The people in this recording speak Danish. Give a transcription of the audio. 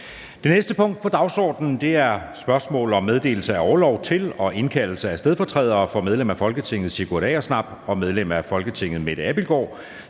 Det næste punkt på dagsordenen er: 2) Spørgsmål om meddelelse af orlov til og indkaldelse af stedfortrædere for medlem af Folketinget Sigurd Agersnap (SF) og medlem af Folketinget Mette Abildgaard